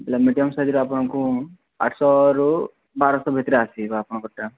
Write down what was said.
ବୋଲେ ମିଡିୟମ୍ ସାଇଜ୍ର ଆପଣଙ୍କୁ ଆଠଶହରୁ ବାରଶହ ଭିତରେ ଆସିଯିବା ଆପଣଙ୍କରଟା